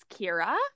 Kira